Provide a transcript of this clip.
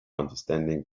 understanding